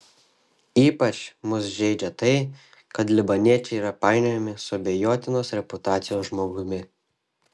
ypač mus žeidžia tai kad libaniečiai yra painiojami su abejotinos reputacijos žmogumi